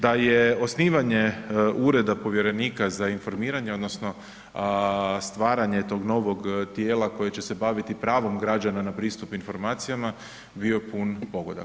Da je osnivanje Ureda povjerenika za informiranje odnosno stvaranje tog novog tijela koje će se baviti pravom građana na pristup informacijama bio pun pogodak.